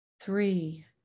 Three